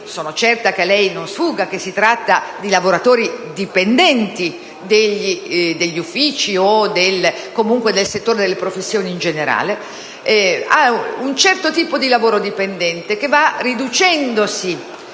senatore Ichino, non sfugga che si tratta di lavoratori dipendenti degli uffici o del settore delle professioni in generale), ad un certo tipo di lavoro dipendente che va riducendosi